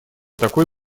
такой